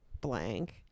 blank